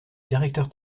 directeur